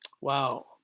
Wow